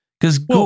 Cause